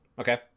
Okay